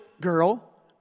girl